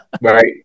Right